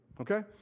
okay